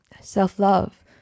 self-love